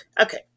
Okay